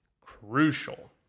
crucial